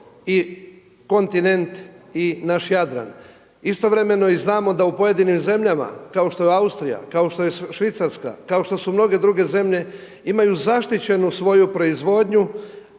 i kontinent i naš Jadran. Istovremeno i znamo da u pojedinim zemljama kao što je Austrija, kao što je Švicarska, kao što su mnoge druge zemlje imaju zaštićenu svoju proizvodnju.